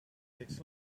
takes